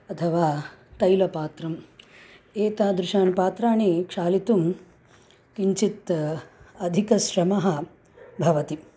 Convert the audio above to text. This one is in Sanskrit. अथवा तैलपात्रं एतादृशानि पात्राणि क्षालितुं किञ्चित् अधिकश्रमः भवति